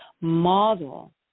model